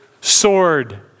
sword